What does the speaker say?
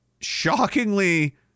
shockingly